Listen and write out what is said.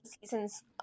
seasons